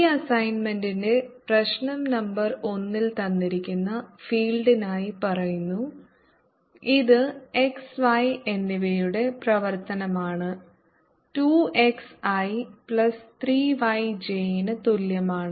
ഈ അസൈൻമെന്റിന്റെ പ്രശ്നം നമ്പർ ഒന്നിൽ തന്നിരിക്കുന്ന ഫീൽഡിനായി പറയുന്നു ഇത് x y എന്നിവയുടെ പ്രവർത്തനമാണ് 2 x i plus 3 y j ന് തുല്യമാണ്